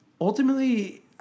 ultimately